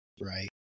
right